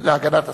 להגנת הסביבה.